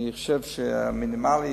אני חושב שמינימלי,